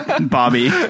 Bobby